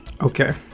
Okay